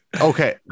Okay